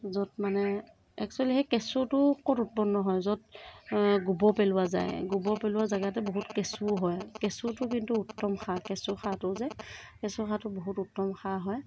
য'ত মানে একচুৱেলী সেই কেঁচুটো ক'ত উৎপন্ন হয় য'ত গোবৰ পেলোৱা যায় গোবৰ পেলোৱা জেগাতে বহুত কেঁচুও হয় কেঁচুটো কিন্তু উত্তম সাৰ কেঁচুসাৰটো যে কেঁচুসাৰটো বহুত উত্তম সাৰ হয়